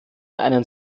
einen